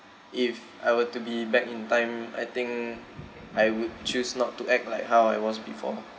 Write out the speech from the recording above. if I were to be back in time I think I would choose not to act like how I was before